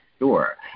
Sure